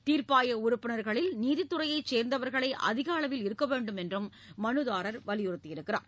தீர்ப்பாய உறுப்பினர்களில் நீதித்துறையைச் சேர்ந்தவர்களே அதிகளவில் இருக்க வேண்டுமென்றும் மனுதாரர் வலியுறுத்தியுள்ளார்